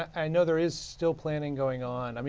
i know there is still planning going on. i mean